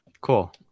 Cool